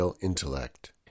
intellect